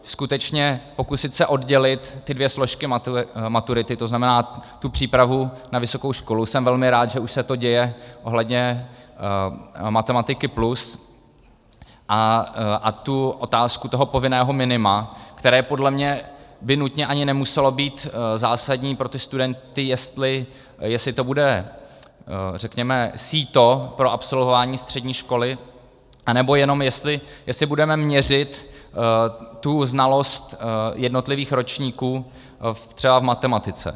Skutečně, pokusit se oddělit ty dvě složky maturity, to znamená přípravu na vysokou školu jsem velmi rád, že už se to děje ohledně Matematiky+ a tu otázku povinného minima, které podle mě by nutně ani nemuselo být zásadní pro ty studenty, jestli to bude, řekněme, síto pro absolvování střední školy, anebo jenom jestli budeme měřit znalost jednotlivých ročníků třeba v matematice.